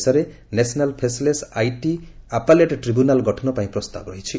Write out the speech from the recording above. ଦେଶରେ national faceless IT appellate tribunal ଗଠନ ପାଇଁ ପ୍ରସ୍ତାବ ରହିଛି